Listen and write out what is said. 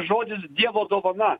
žodis dievo dovana